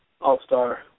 all-star